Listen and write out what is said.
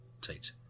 Tate